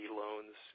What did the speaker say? loans